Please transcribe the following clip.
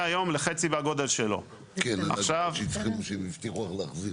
היום לחצי מהגודל שלו ממה שהיה ב-2019.